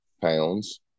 pounds